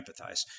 empathize